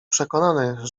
przekonany